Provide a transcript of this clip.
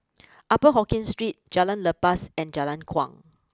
Upper Hokkien Street Jalan Lepas and Jalan Kuang